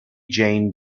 jane